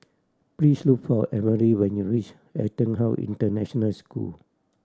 please look for Emry when you reach EtonHouse International School